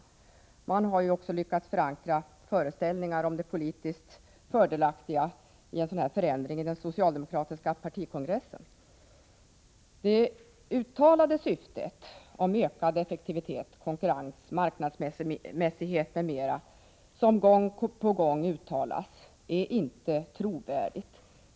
Man har också i den socialdemokratiska partikongressen lyckats förankra föreställningar om det politiskt fördelaktiga i en sådan här förändring. Det syfte om ökad effektivitet, konkurrens, marknadsmässighet m.m. som gång på gång uttalas är inte trovärdigt.